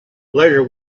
later